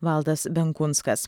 valdas benkunskas